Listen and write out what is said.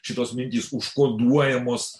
šitos mintys užkoduojamos